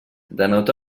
denota